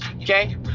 Okay